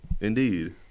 Indeed